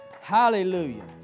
Hallelujah